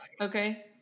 okay